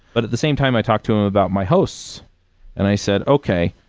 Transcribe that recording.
but at the same time, i talked to him about my hosts and i said, okay.